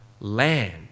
Land